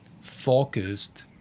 focused